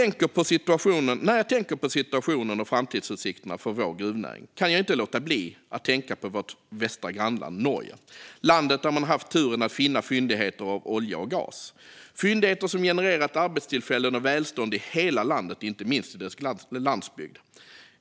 När jag tänker på situationen och framtidsutsikterna för vår gruvnäring kan jag inte låta bli att tänka på vårt västra grannland Norge, där man har haft turen att finna fyndigheter av olja och gas. Det är fyndigheter som genererat arbetstillfällen och välstånd i hela landet, inte minst på dess landsbygd.